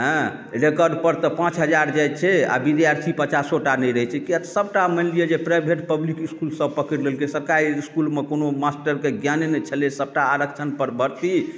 एँ रेकर्ड पर तऽ पाँच हजार जाइत छै आ विद्यार्थी पचासो टा नहि रहैत छै किआ तऽ सभटा मानि लिअ जे प्राइभेट पब्लिक इसकुल सभ पकड़ि लेलकै सरकारी इसकुलमे कोनो मास्टरके ज्ञाने नहि छलै सभटा आरक्षण पर भर्ती